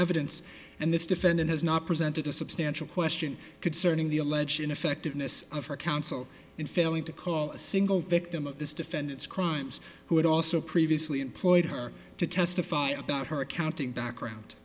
evidence and this defendant has not presented a substantial question concerning the alleged ineffectiveness of her counsel in failing to call a single victim of this defendant's crimes who had also previously employed her to testify about her accounting background